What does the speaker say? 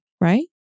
Right